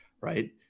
right